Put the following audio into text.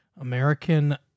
American